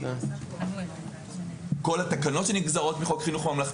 כל התקנות שנגזרות ממנו,